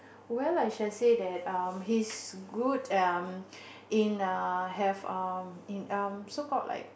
well I shall say that um he's good um in uh have uh in um so called like